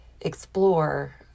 explore